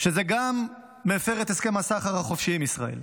שזה גם מפר את הסכם הסחר החופשי עם ישראל.